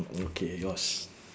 okay yours